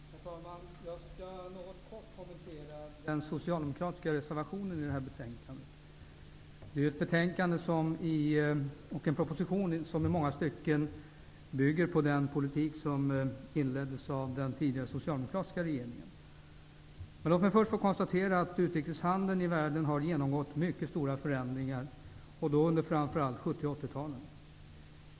Herr talman! Jag skall något kommentera den socialdemokratiska reservationen till det här betänkandet. Betänkandet och propositionen bygger i många stycken på den politik som inleddes av den tidigare socialdemokratiska regeringen. Låt mig först få konstatera att utrikeshandeln i världen har genomgått mycket stora förändringar under framför allt 70 och 80-talen.